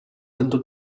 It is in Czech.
tento